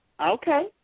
Okay